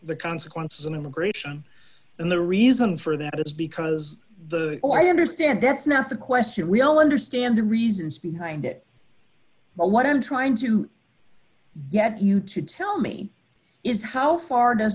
the consequences and immigration and the reason for that is because the i understand that's not the question we all understand the reasons behind it but what i'm trying to get you to tell me is how far does